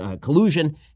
collusion